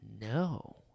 no